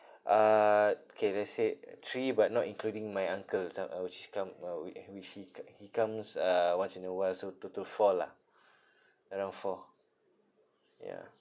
uh K let's say three but not including my uncle sa~ uh which come which she co~ he comes uh once in a while so total four lah around four yeah